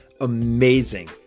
amazing